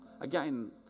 again